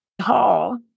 Hall